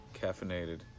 Caffeinated